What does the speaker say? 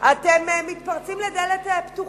אתם מתפרצים לדלת פתוחה,